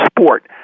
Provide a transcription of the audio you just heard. sport